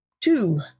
Two